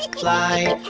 like fly,